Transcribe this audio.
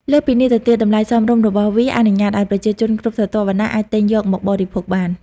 លើសពីនេះទៅទៀត តម្លៃសមរម្យ របស់វាអនុញ្ញាតឲ្យប្រជាជនគ្រប់ស្រទាប់វណ្ណៈអាចទិញយកមកបរិភោគបាន។